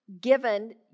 given